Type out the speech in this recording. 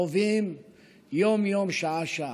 חווים יום-יום, שעה-שעה.